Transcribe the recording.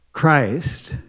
Christ